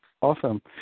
Awesome